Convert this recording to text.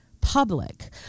public